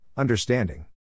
Understanding